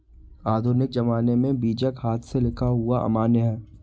आधुनिक ज़माने में बीजक हाथ से लिखा हुआ अमान्य है